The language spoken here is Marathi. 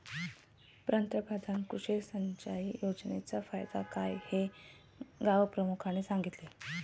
प्रधानमंत्री कृषी सिंचाई योजनेचा फायदा काय हे गावप्रमुखाने सांगितले